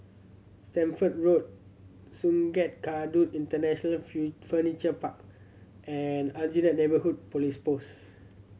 Stamford Road Sungei Kadut International Feel Furniture Park and Aljunied Neighbourhood Police Post